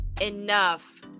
enough